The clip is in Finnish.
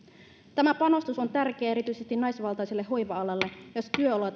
tämä panostus on tärkeä erityisesti naisvaltaiselle hoiva alalle jossa työolot